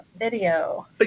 video